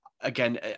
again